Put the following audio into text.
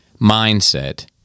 mindset